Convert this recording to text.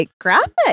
graphic